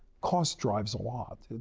cost drives a lot.